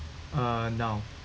ah now